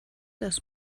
das